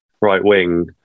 right-wing